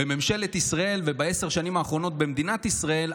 בממשלת ישראל ובעשר השנים האחרונות במדינת ישראל,